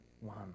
one